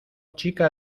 chica